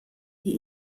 die